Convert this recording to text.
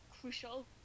crucial